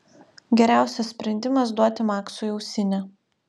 geriausias sprendimas duoti maksui ausinę